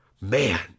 man